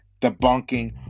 debunking